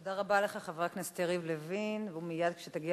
תודה רבה לך, חבר הכנסת יריב לוין, ומייד כשתגיע